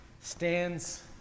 stands